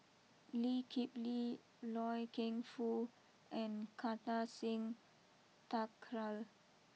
Lee Kip Lee Loy Keng Foo and Kartar Singh Thakral